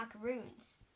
macaroons